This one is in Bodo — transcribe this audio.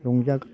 रंजा